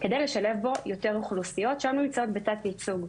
על מנת לשלב בו יותר אוכלוסיות שהיום נמצאות בתת ייצוג.